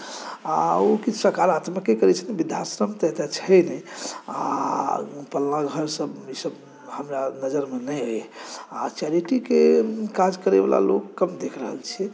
आ ओ किछु सकारात्मके करै छथिन वृद्धआश्रम तऽ एतऽ छै नहि आ पलना घर सभ ई सभ हमरा नजरमे नहि अछि आ चैरिटीकेँ काज करै वला लोक देखि रहल छी